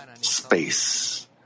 space